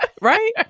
Right